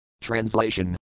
Translation